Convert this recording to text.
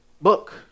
book